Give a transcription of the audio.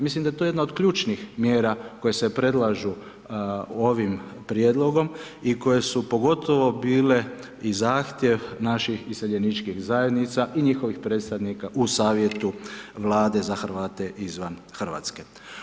Mislim da je to jedna od ključnih mjera koje se predlažu ovim prijedlog i koje su pogotovo bile i zahtjev naših iseljeničkih zajednica i njihovih predstavnika u savjetu vlade za Hrvate izvan Hrvatske.